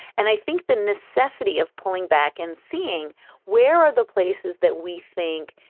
and i think the necessity of pulling back and seeing where are the places that we think,